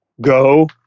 go